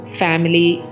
family